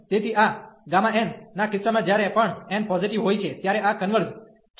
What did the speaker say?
તેથી આ Γ ના કિસ્સામાં જ્યારે પણ n પોઝીટીવ હોય છે ત્યારે આ કન્વર્ઝ converges છે